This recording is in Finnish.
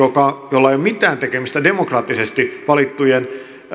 jolla ei ole mitään tekemistä demokraattisesti valittujen